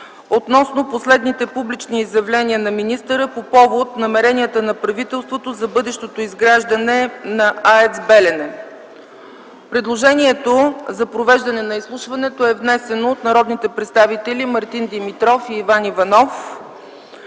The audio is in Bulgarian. относно последните публични изявления на министъра по повод намеренията на правителството за бъдещото изграждане на АЕЦ „Белене”. Предложението за провеждане на изслушването е внесено от народните представители Мартин Димитров и Иван Иванов